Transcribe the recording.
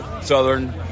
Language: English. Southern